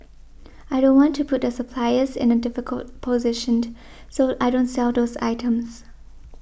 I don't want to put the suppliers in a difficult positioned so I don't sell those items